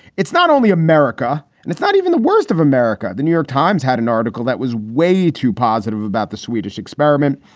it's not only america. and it's not even the worst of america. the new york times had an article that was way too positive about the swedish experiment.